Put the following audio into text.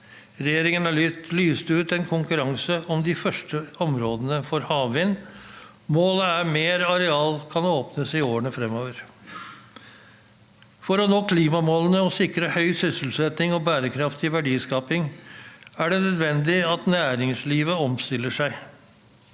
Regjeringen har lyst ut en konkurranse om de første områdene for havvind. Målet er at mer areal kan åpnes i årene fremover. For å nå klimamålene og sikre høy sysselsetting og bærekraftig verdiskaping er det nødvendig at næringslivet omstiller seg.